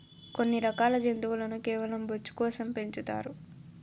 కొన్ని రకాల జంతువులను కేవలం బొచ్చు కోసం పెంచుతారు